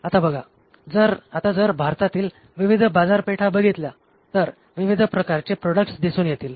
आता बघा आता जर भारतातील विविध बाजारपेठा बघितल्या तर विविध प्रकारचे प्रॉडक्ट्स दिसून येतील